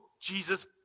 Jesus